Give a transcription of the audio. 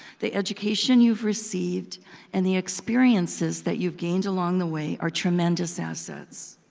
the education you've received and the experiences that you've gained along the way are tremendous assets.